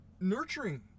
nurturing